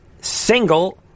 single